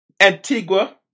Antigua